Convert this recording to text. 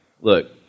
Look